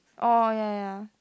orh ya ya ya